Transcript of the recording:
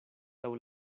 laŭ